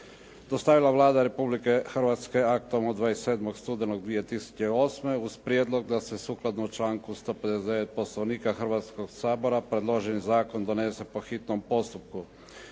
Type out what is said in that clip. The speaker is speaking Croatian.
dostavila Vlada Republike Hrvatske aktom od 27. studenoga 2008. uz prijedlog da se sukladno članku 159. Poslovnika Hrvatskoga sabora predložen zakon donese po hitnom postupku.